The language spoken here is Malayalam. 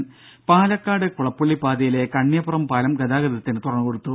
രുര പാലക്കാട് കുളപ്പുള്ളി പാതയിലെ കണ്ണിയപുറം പാലം ഗതാഗതത്തിന് തുറന്നു കൊടുത്തു